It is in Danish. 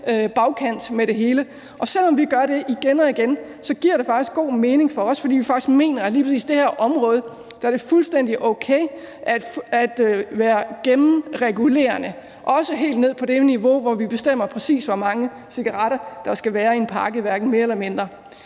bagkant af det hele. Og selv om vi gør det igen og igen, giver det faktisk god mening for os, fordi vi mener, at lige præcis på det her område er det fuldstændig okay at være gennemregulerende, også helt ned på det niveau, hvor vi bestemmer, præcis hvor mange cigaretter der skal være i en pakke – hverken mere eller mindre.